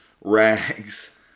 rags